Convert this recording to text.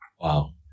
Wow